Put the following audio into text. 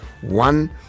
one